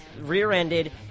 Rear-Ended